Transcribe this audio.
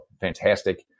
fantastic